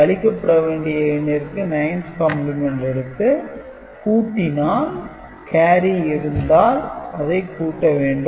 கழிக்கப்படவேண்டிய எண்ணிற்கு 9'ஸ் கம்பிளிமெண்ட் எடுத்து கூட்டினால் கேரி இருந்தால் அதைக் கூட்ட வேண்டும்